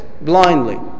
blindly